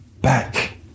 back